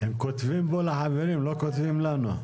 כותבים מול החברים, לא כותבים לנו.